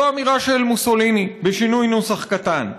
זו אמירה של מוסוליני בשינוי נוסח קטן.